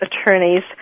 attorneys